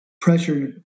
pressure